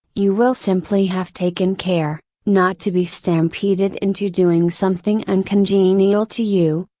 you will simply have taken care, not to be stampeded into doing something uncongenial to you,